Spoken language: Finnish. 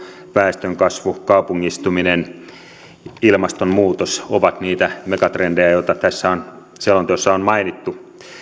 väestönkasvu kaupungistuminen ilmastonmuutos ovat niitä megatrendejä joita tässä selonteossa on mainittu työn